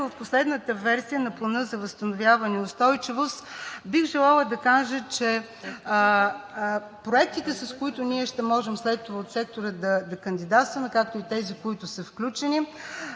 в последната версия на Плана за възстановяване и устойчивост бих желала да кажа, че проектите, с които ще можем след това от сектора да кандидатстваме, както и тези, които са включени,